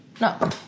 No